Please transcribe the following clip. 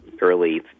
early